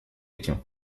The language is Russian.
этим